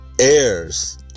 Heirs